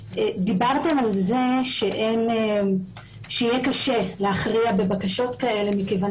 דיברתם על זה שיהיה קשה להכריע בבקשות כאלה מכיוון